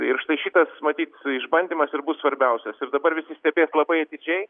ir štai šįkart matyt išbandymas ir bus svarbiausias ir dabar visi stebės labai atidžiai